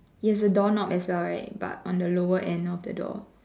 it has a door knob as well right but on the lower end of the door